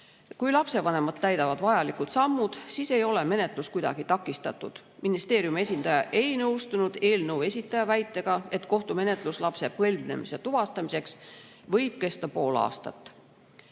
Kui lapsevanemad täidavad vajalikud sammud, siis ei ole menetlus kuidagi takistatud. Ministeeriumi esindaja ei nõustunud eelnõu esitaja väitega, et kohtumenetlus lapse põlvnemise tuvastamiseks võib kesta pool aastat.